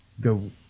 go